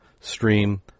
stream